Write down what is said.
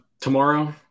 Tomorrow